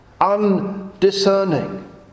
Undiscerning